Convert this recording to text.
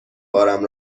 بارم